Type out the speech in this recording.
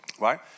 Right